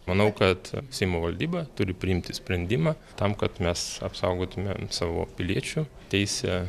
manau kad seimo valdyba turi priimti sprendimą tam kad mes apsaugotumėm savo piliečių teisę